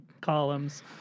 columns